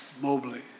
Mobley